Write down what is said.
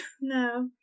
No